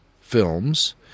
films